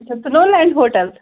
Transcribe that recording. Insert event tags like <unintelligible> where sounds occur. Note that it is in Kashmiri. یہِ چھا <unintelligible> ہوٹَل